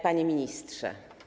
Panie Ministrze!